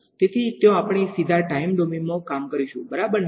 તેથી ત્યાં આપણે સીધા ટાઈમ ડોમેનમાં કામ કરીશું બરાબરને